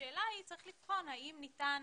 השאלה היא האם ניתן